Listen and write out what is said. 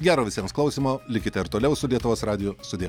gero visiems klausymo likite ir toliau su lietuvos radiju sudie